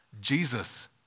Jesus